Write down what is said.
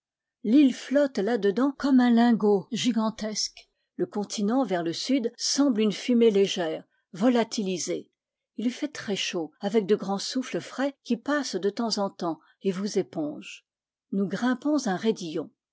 l'île flotte là dedans comme un lingot gigantesque le continent vers le sud semble une fumée légère volatilisée il fait très chaud avec de grands souffles frais qui passent de temps en temps et vous épongent nous grimpons un raidillon